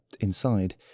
inside